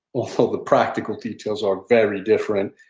although the practical details are very different,